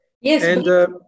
Yes